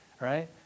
right